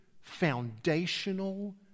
foundational